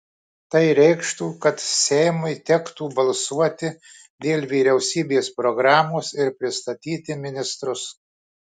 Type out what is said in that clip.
tai reikštų kad seimui tektų balsuoti dėl vyriausybės programos ir pristatyti ministrus